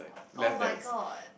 oh-my-god